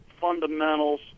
fundamentals